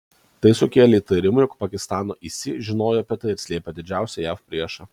tai sukėlė įtarimų jog pakistano isi žinojo apie tai ir slėpė didžiausią jav priešą